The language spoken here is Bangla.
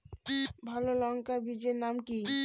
ভালো লঙ্কা বীজের নাম কি?